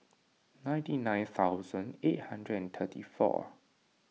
ninety nine thousand eight hundred and thirty four